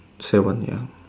seven ya